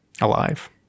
alive